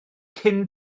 cyn